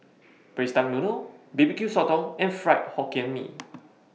Braised Duck Noodle B B Q Sotong and Fried Hokkien Mee